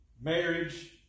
Marriage